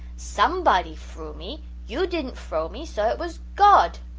somebody frew me you didn't frow me so it was god.